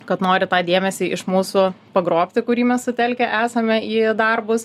kad nori tą dėmesį iš mūsų pagrobti kurį mes sutelkę esame į darbus